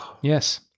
Yes